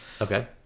Okay